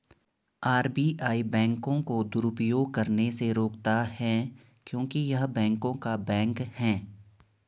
RBI बैंकों को दुरुपयोग करने से रोकता हैं क्योंकि य़ह बैंकों का बैंक हैं